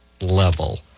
level